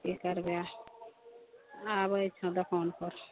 की करबै आबै छौ दोकानपर